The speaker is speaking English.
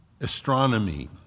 astronomy